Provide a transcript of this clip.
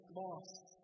lost